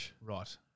Right